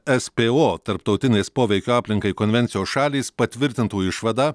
espo tarptautinės poveikio aplinkai konvencijos šalys patvirtintų išvadą